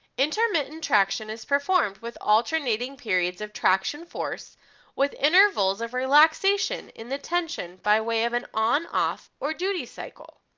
intermittent traction is performed with alternating periods of traction force with intervals of relaxation in the tension by way of an on off or duty cycle.